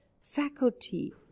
faculty